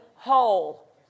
Whole